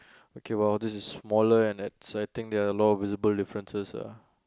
okay !wow! this is smaller and I s~ think there are lot of visible differences ah